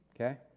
Okay